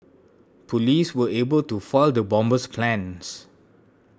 police were able to foil the bomber's plans